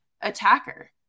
attacker